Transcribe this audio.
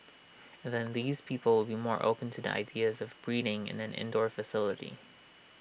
and then these people will be more open to the ideas of breeding in an indoor facility